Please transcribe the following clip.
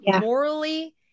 morally